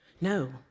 No